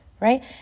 right